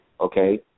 okay